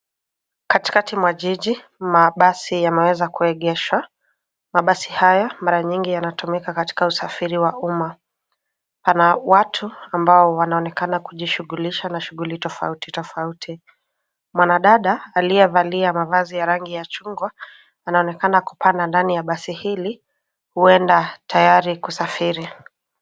Katikati mwa jiji mabasi yameweza kuegeshwa. Mabasi haya mara nyingi yanatumika katika usafiri wa uma. Pana watu ambao wanaonekana kujishugulisha na shughuli tofauti tofauti. Mwanadada aliyevalia mavazi ya rangi ya chungwa, anaonekana kupanda ndani ya basi hili, huenda tayari kusafiri.